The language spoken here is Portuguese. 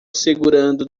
segurando